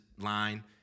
line